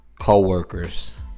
Co-workers